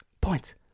points